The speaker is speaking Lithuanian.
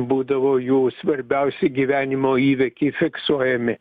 būdavo jų svarbiausi gyvenimo įvykiai fiksuojami